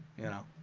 you know,